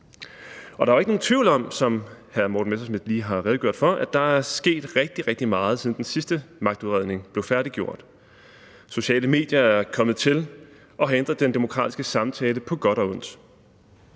og der er ikke nogen tvivl om, som hr. Morten Messerschmidt lige har redegjort for, at der er sket rigtig, rigtig meget, siden den sidste magtudredning blev færdiggjort. Sociale medier er kommet til og har ændret den demokratiske samtale på godt og ondt.